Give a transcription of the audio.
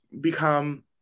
become